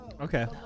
Okay